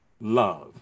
love